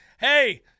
Hey